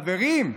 חברים,